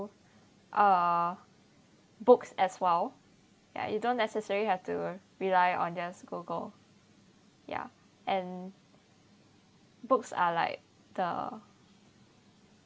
uh books as well ya you don't necessary have to rely on just Google ya and books are like the